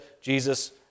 Jesus